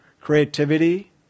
creativity